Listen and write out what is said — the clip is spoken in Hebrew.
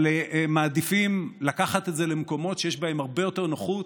אבל מעדיפים לקחת את זה למקומות שיש בהם הרבה יותר נוחות